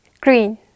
Green